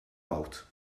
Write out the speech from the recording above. out